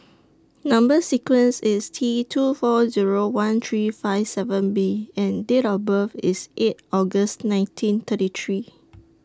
Number sequence IS T two four Zero one three five seven B and Date of birth IS eight August nineteen thirty three